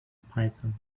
python